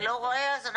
כן, אז אנחנו